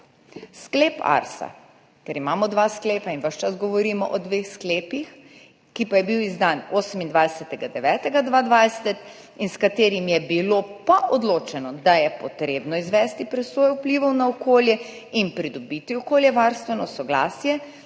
Sklep ARSA, ker imamo dva sklepa in ves čas govorimo o dveh sklepih, ki pa je bil izdan 28. 9. 2020 in s katerim je bilo odločeno, da je treba izvesti presojo vplivov na okolje in pridobiti okoljevarstveno soglasje,